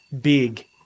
big